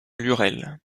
lurel